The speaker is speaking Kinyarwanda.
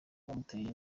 uwamuteye